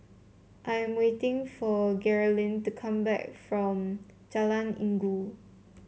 I am waiting for Geralyn to come back from Jalan Inggu